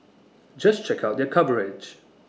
just check out their coverage